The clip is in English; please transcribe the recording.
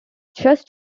just